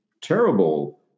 terrible